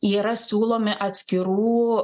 yra siūlomi atskirų